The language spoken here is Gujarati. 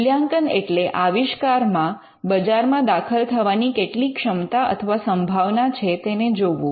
મૂલ્યાંકન એટલે આવિષ્કારમા બજારમાં દાખલ થવાની કેટલી ક્ષમતા અથવા સંભાવના છે તેને જોવું